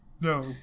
No